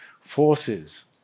forces